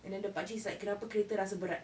and then the pakcik is like kenapa kereta rasa berat